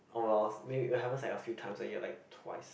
oh wells mayb~ it happens like a few times a year like twice